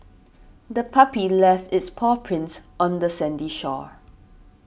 the puppy left its paw prints on the sandy shore